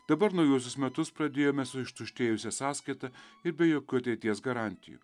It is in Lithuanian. dabar naujuosius metus pradėjome su ištuštėjusia sąskaita ir be jokių ateities garantijų